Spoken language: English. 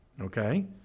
okay